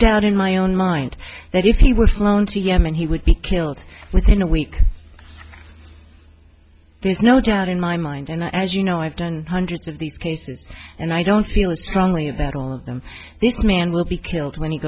doubt in my own mind that if he were flown to yemen he would be killed within a week there's no doubt in my mind and i as you know i've done hundreds of these cases and i don't feel as strongly that all of them this man will be killed when he